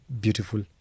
beautiful